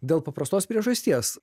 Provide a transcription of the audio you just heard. dėl paprastos priežasties